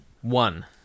One